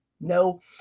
no